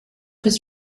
his